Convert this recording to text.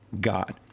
God